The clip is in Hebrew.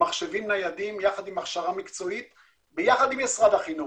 מחשבים ניידים יחד עם הכשרה מקצועית ביחד עם משרד החינוך.